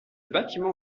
bâtiment